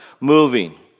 moving